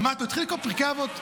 עמד והתחיל לקרוא פרקי אבות.